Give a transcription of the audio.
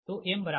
तो m3